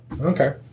okay